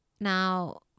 Now